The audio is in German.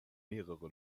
mehrere